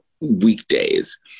weekdays